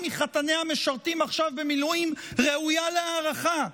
מחתניה משרתים עכשיו במילואים ראויה להערכה,